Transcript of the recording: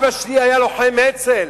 אבא שלי היה לוחם אצ"ל,